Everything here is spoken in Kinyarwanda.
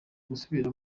gusubira